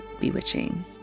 bewitching